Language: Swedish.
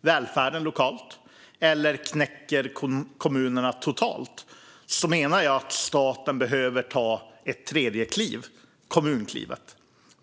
välfärden lokalt eller knäcker kommunerna totalt, menar jag att staten behöver ta ett tredje kliv - kommunklivet.